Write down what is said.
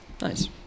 Nice